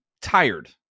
tired